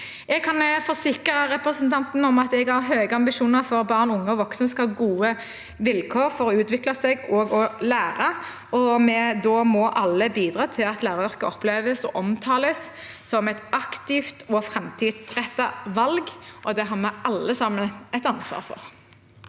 Jeg kan forsikre representanten om at jeg har høye ambisjoner for at barn, unge og voksne skal ha gode vilkår for å utvikle seg og lære. Da må alle bidra til at læreryrket oppleves og omtales som et aktivt og framtidsrettet valg. Det har vi alle sammen et ansvar for.